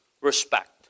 respect